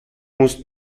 musst